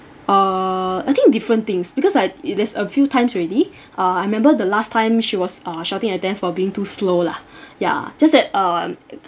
uh I think different things because I it there's a few times already uh I remember the last time she was uh shouting at them for being too slow lah yeah just that um